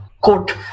quote